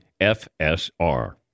FSR